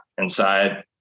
inside